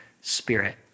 spirit